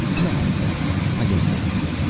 nonsense! i don't believe it.